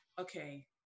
okay